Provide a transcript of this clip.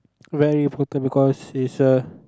very important is cause is a